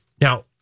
Now